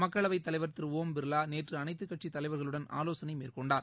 மக்களவைத் தலைவர் திருஓம் பிர்லாநேற்றுஅனைத்துக் கட்சித் தலைவர்களுடன் ஆலோசனைமேற்கொண்டார்